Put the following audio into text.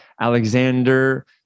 Alexander